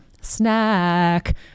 snack